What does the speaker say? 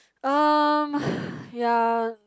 um yeah